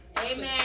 Amen